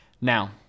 Now